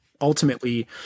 ultimately